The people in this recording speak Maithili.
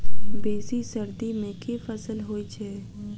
बेसी सर्दी मे केँ फसल होइ छै?